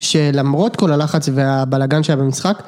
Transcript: שלמרות כל הלחץ והבלאגן שהיה במשחק.